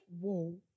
whoa